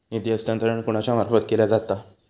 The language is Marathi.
निधी हस्तांतरण कोणाच्या मार्फत केला जाता?